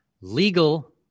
legal